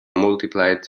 multiplied